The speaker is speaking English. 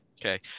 Okay